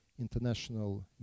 international